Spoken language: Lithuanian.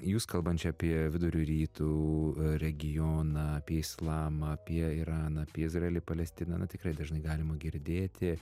jus kalbančią apie vidurio rytų regioną apie islamą apie iraną apie izraelį palestiną na tikrai dažnai galima girdėti